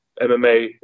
MMA